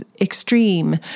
extreme